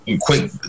Quick